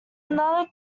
another